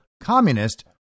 communist